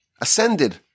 ascended